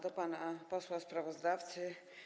Do pana posła sprawozdawcy.